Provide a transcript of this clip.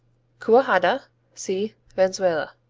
cuajada see venezuela.